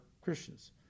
Christians